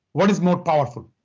what is more powerful?